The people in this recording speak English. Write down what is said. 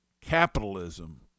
capitalism